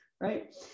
right